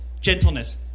gentleness